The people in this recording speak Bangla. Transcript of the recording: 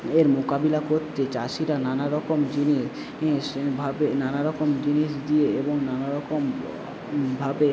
এর মোকাবিলা করতে চাষিরা নানারকম জিনিস ভাবে নানারকম জিনিস দিয়ে এবং নানারকমভাবে